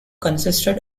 consisted